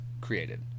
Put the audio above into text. created